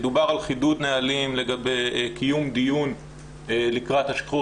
דובר על חידוד נהלים לגבי קיום דיון לקראת השחרור